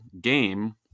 game